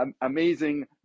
amazing